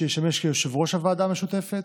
שישמש יושב-ראש הוועדה המשותפת,